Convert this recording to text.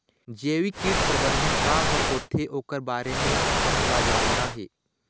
जैविक कीट प्रबंधन का हर होथे ओकर बारे मे हमन ला जानना हे?